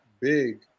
big